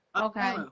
Okay